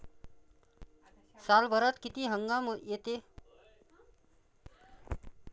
सालभरात किती हंगाम येते?